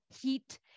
heat